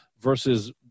versus